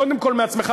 קודם כול מעצמך,